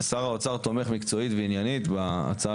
שר האוצר תומך מקצועית ועניינית בהצעה